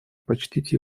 почтить